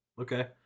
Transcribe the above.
Okay